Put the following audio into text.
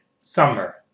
summer